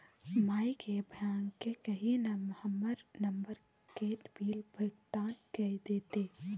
माय गे भैयाकेँ कही न हमर मोबाइल केर बिल भोगतान कए देतै